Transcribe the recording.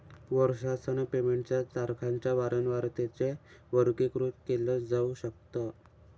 वर्षासन पेमेंट च्या तारखांच्या वारंवारतेने वर्गीकृत केल जाऊ शकत